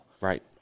Right